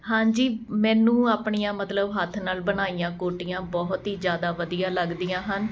ਹਾਂਜੀ ਮੈਨੂੰ ਆਪਣੀਆਂ ਮਤਲਬ ਹੱਥ ਨਾਲ ਬਣਾਈਆਂ ਕੋਟੀਆਂ ਬਹੁਤ ਹੀ ਜ਼ਿਆਦਾ ਵਧੀਆ ਲੱਗਦੀਆਂ ਹਨ